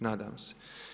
Nadam se.